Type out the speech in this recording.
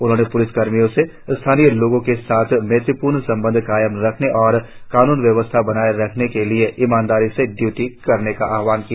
उन्होंने पुलिस कर्मियों से स्थानीय लोगो के साथ मैत्रीपूर्ण संबंध कायम रखने और कानून व्यवस्था बनाए रखने के लिए ईमानदारी से ड्यूटी करने का आहवान किया